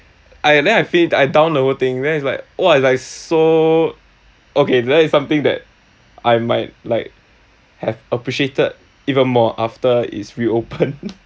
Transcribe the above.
I then I fee~ I down the whole thing then it's like !wah! it's like so okay that is something that I might like have appreciated even more after it's reopen